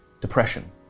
depression